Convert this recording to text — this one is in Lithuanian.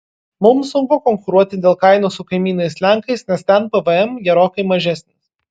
mums sunku konkuruoti dėl kainų su kaimynais lenkais nes ten pvm gerokai mažesnis